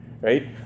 right